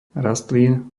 rastlín